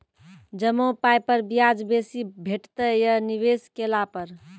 जमा पाय पर ब्याज बेसी भेटतै या निवेश केला पर?